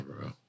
bro